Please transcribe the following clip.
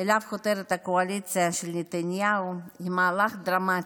שאליו חותרת הקואליציה של נתניהו הוא מהלך דרמטי,